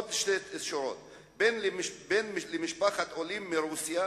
עוד שתי שורות: "בן למשפחת עולים מרוסיה,